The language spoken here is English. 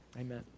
Amen